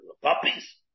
puppies